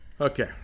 Okay